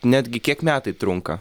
netgi kiek metai trunka